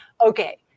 okay